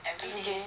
mmhmm